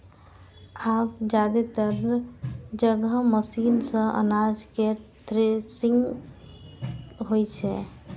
आब जादेतर जगह मशीने सं अनाज केर थ्रेसिंग होइ छै